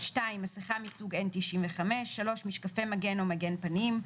מסיכה מסוג N-95; משקפי מגן או מגן פנים,